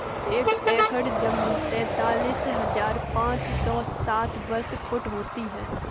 एक एकड़ जमीन तैंतालीस हजार पांच सौ साठ वर्ग फुट होती है